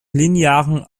linearen